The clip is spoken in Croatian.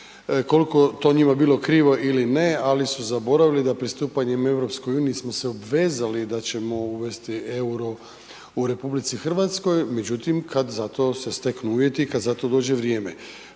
Koliko je to njima bilo krivo ili ne, ali su zaboravili da pristupanjem EU smo se obvezali da ćemo uvesti EUR-o u RH, međutim kad za to se steknu uvjeti i kad za to dođe vrijeme.